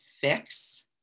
fix